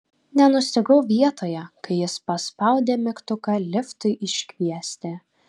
nenustygau vietoje kai jis paspaudė mygtuką liftui iškviesti